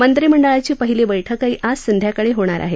मंत्रिमंडळाची पहिली बैठकही आज संध्याकाळी होणार आहे